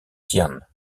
tian